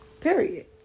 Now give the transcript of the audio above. period